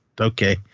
okay